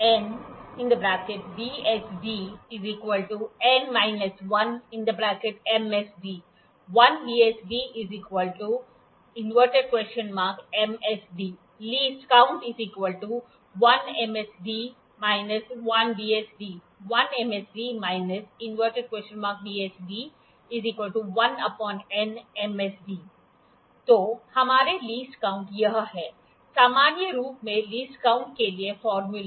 n VSD MSD 1 VSD ¿¿ MSD least count • 1 MSD 1 VSD • 1 MSD ¿¿¿ VSD MSD तो हमारे least count यह है सामान्य रूप में लीस्ट काऊंट के लिए फार्मयूला